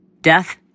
death